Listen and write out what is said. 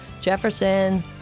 Jefferson